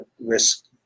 risk